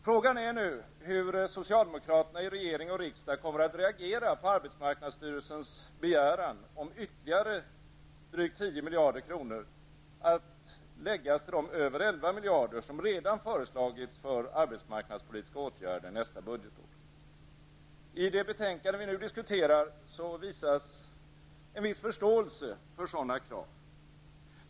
Frågan är nu hur socialdemokraterna i regering och riksdag kommer att reagera på arbetsmarknadsstyrelsens begäran om ytterligare drygt 10 miljarder kronor att läggas till de över 11 miljarder som redan föreslagits för arbetsmarknadspolitiska åtgärder nästa budgetår. I det betänkande vi nu diskuterar visas en viss förståelse för sådana krav.